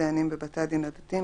דיינים בבתי הדין הדתיים,